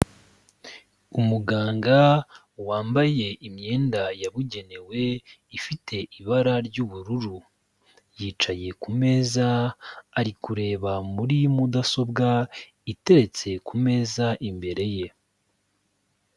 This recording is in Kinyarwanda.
Umuganga wambaye imyenda yabugenewe ifite ibara ry'ubururu, yicaye ku meza, ari kureba muri mudasobwa iteretse ku meza imbere ye.